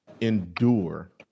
endure